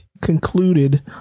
Concluded